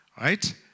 right